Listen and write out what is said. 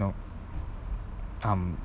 you know um